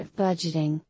budgeting